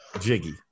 jiggy